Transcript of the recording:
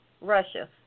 Russia